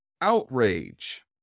outrage